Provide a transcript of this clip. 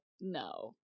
no